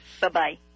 Bye-bye